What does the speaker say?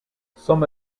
some